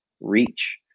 reach